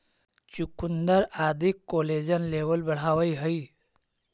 चुकुन्दर आदि collagen level बढ़ावऽ हई